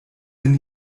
sin